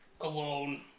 alone